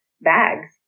bags